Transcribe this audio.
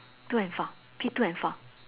two and four P two and four